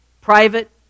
private